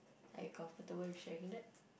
are you comfortable with sharing that